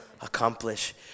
accomplish